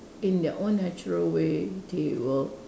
in their own natural way they will